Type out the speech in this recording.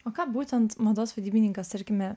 o ką būtent mados vadybininkas tarkime